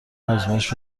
آزمایش